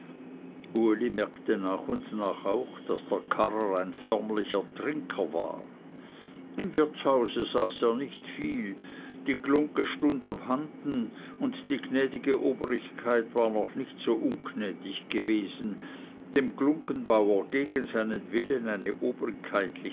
uli merkte nach und nach auch daß der karrer ein förmlicher trinker war im wirtshause saß er nicht viel die glungge stund abhanden und die gnädige obrigkeit war noch nicht so ungnädig gewesen dem glunggenbauer gegen seinen willen eine